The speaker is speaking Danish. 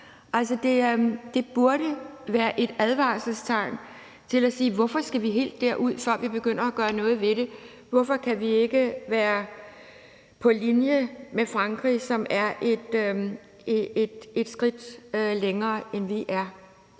det burde være et advarselstegn i forhold til at spørge, hvorfor vi skal helt derud, før vi begynder at gøre noget ved det. Hvorfor kan vi ikke være på linje med Frankrig, som er et skridt længere, end vi er?